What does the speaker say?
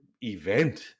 event